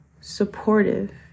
supportive